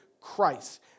Christ